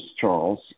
Charles